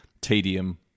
tedium